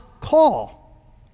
call